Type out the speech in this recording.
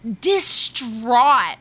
distraught